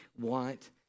want